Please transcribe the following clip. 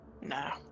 No